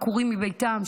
עקורים מביתם,